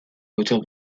moteur